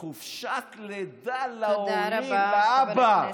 חופשת לידה להורים, לאבא, תודה רבה, חבר הכנסת.